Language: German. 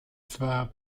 zwar